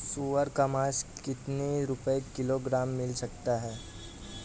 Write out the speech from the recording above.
सुअर का मांस कितनी रुपय किलोग्राम मिल सकता है?